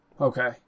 Okay